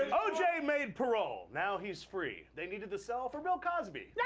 oj made parole, now he's free. they needed the cell for bill cosby. yeah